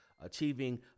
achieving